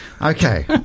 okay